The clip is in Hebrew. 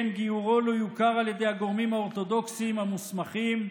שכן גיורו לא יוכר על ידי הגורמים האורתודוקסיים המוסמכים,